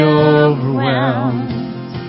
overwhelmed